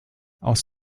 aus